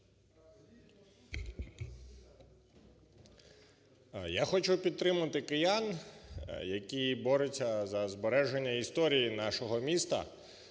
Я хочу підтримати киян, які борються за збереження історії нашого міста.